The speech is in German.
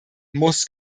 muss